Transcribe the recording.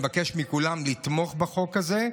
אני מבקש מכולם לתמוך בחוק הזה,